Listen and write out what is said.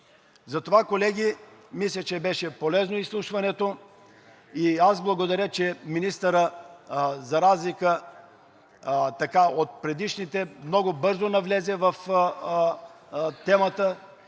Затова, колеги, мисля, че беше полезно изслушването. Благодаря, че министърът за разлика от предишните много бързо навлезе в темата